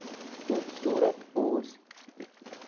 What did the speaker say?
خوٗبصوٗرتھ اوس